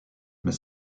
mais